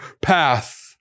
path